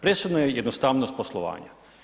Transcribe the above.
Presudno je jednostavnost poslovanja.